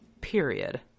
period